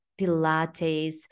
Pilates